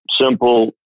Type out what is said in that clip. simple